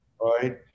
Right